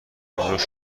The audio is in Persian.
روش